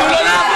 לא,